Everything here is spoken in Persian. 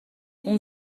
اون